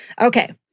Okay